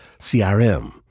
CRM